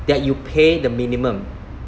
that you pay the minimum